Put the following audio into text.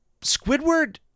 Squidward